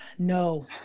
No